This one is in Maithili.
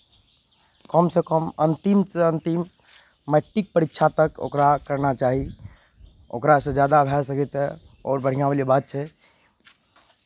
कमसँ कम अन्तिमसँ अन्तिम मैट्रिक परीक्षा तक ओकरा करना चाही ओकरासँ जादा भए सकै तऽ आओर बढ़िआँ वाली बात छै